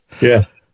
yes